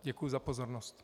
Děkuji za pozornost.